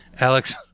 Alex